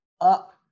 up